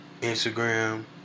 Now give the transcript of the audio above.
Instagram